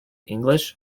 english